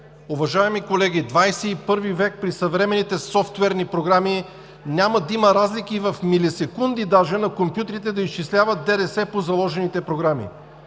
Уважаеми колеги, в ХХI век при съвременните софтуерни програми няма да има разлики в милисекунди даже на компютрите да изчисляват ДДС по заложените програми.